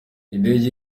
indege